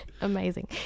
Amazing